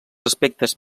aspectes